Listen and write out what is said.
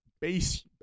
base